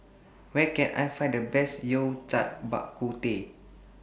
Where Can I Find The Best Yao Cai Bak Kut Teh